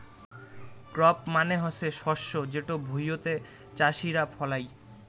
crop মানে হসে শস্য যেটো ভুঁইতে চাষীরা ফলাই